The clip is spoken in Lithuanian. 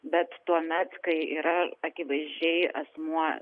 bet tuomet kai yra akivaizdžiai asmuo